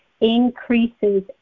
increases